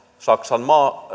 saksan